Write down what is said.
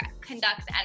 conducts